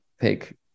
pick